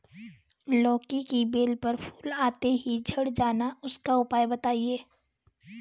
लौकी की बेल पर फूल आते ही झड़ जाना इसका उपाय बताएं?